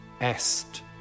est